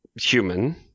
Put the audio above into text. human